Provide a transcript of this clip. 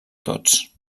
tots